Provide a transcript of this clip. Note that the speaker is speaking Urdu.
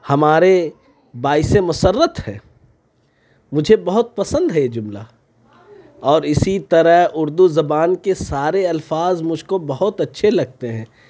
ہمارے باعثِ مسرت ہے مجھے بہت پسند ہے یہ جملہ اور اِسی طرح اُردو زبان کے سارے الفاظ مجھ کو بہت اچھے لگتے ہیں